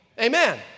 Amen